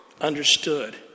understood